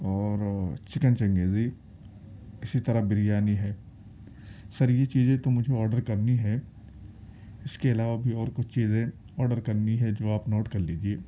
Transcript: اور چکن چنگیزی اسی طرح بریانی ہے سر یہ چیزیں تو مجھے آڈر کرنی ہے اس کے علاوہ بھی اور کچھ چیزیں آڈر کرنی ہے جو آپ نوٹ کر لیجیے